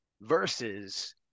versus